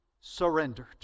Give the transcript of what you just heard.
surrendered